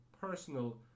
personal